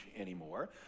anymore